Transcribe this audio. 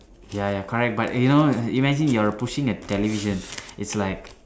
ya ya correct but you know imagine you're pushing a television it's like